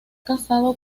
casado